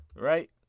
right